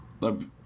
Love